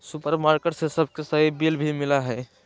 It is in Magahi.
सुपरमार्केट से सबके सही बिल भी मिला हइ